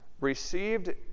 received